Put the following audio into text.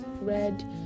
red